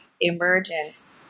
emergence